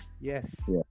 Yes